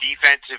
defensive